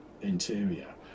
interior